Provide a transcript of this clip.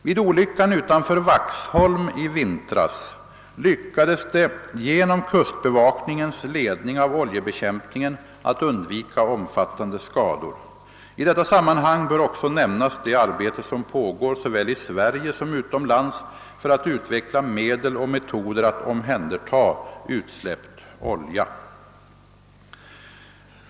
Vid olyckan utanför Vaxholm i vintras lyckades det genom kustbevakningens ledning av oljebekämpningen att undvika omfattande skador. I detta sammanhang bör också nämnas det arbete som pågår såväl i Sverige som utomlands för att utveckla medel och metoder att omhänderta utsläppt olja.